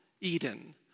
Eden